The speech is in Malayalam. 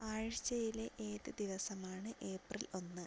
ആഴ്ചയിലെ ഏത് ദിവസമാണ് ഏപ്രിൽ ഒന്ന്